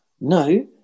No